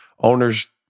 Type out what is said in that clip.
owners